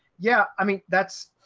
yeah, i mean, that's,